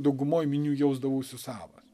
daugumoj minių jausdavausi savas